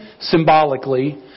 symbolically